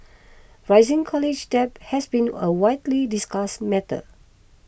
rising college debt has been a widely discussed matter